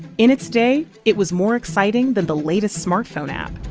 in its day, it was more exciting than the latest smartphone app.